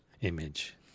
image